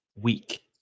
weak